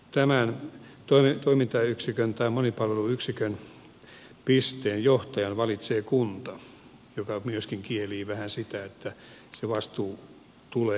tämän monipalvelupisteen johtajan valitsee kunta mikä myöskin kielii vähän sitä että se vastuu ja johtamistyö tulee siinä